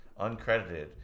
uncredited